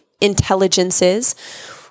intelligences